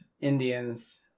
indians